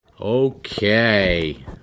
Okay